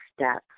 steps